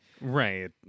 right